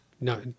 No